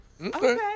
Okay